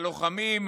והלוחמים,